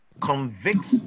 convicts